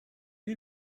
you